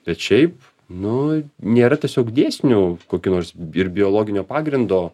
bet šiaip nu nėra tiesiog dėsnių kokių nors bir biologinio pagrindo